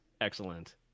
Excellent